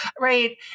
right